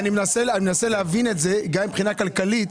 אני מנסה להבין את זה גם מבחינה כלכלית,